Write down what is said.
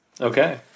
Okay